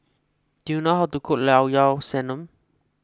do you know how to cook Llao Llao Sanum